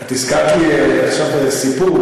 הזכרת לי עכשיו איזה סיפור.